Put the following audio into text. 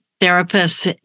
Therapist